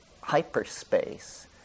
hyperspace